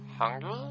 hungry